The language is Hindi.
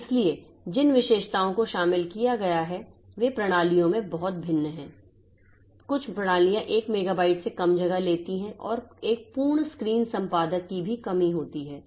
और इसलिए जिन विशेषताओं को शामिल किया गया है वे प्रणालियों में बहुत भिन्न हैं कुछ प्रणालियां एक मेगाबाइट से कम जगह लेती हैं और एक पूर्ण स्क्रीन संपादक की भी कमी होती है